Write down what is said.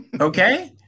Okay